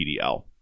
pdl